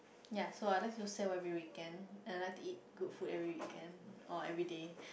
ya so unless it was stay every weekend and I like to eat good food every weekend or everyday